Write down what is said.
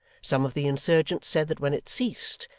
some of the insurgents said that when it ceased,